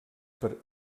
per